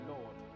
Lord